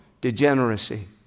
degeneracy